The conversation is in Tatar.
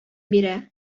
бирә